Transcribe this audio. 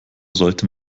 sollte